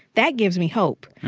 that gives me hope.